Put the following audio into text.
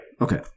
Okay